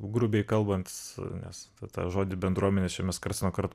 grubiai kalbant nes tada žodį bendruomenės čia jums karts nuo karto